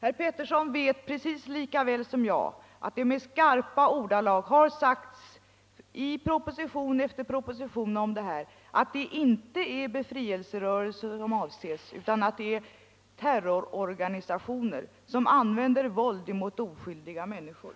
Herr Pettersson vet precis lika väl som jag att det i skarpa ordalag har sagts i proposition efter proposition att det inte är befrielserörelser som avses, utan det är terrororganisationer som använder väld mot oskyldiga människor.